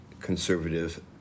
conservative